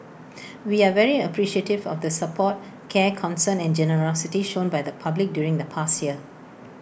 we are very appreciative of the support care concern and generosity shown by the public during the past year